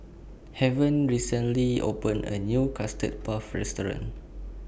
Heaven recently opened A New Custard Puff Restaurant